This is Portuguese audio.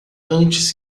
antes